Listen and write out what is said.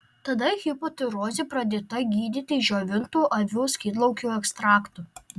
tada hipotirozė pradėta gydyti išdžiovintu avių skydliaukių ekstraktu